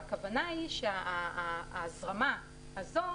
והכוונה היא שההזרמה הזו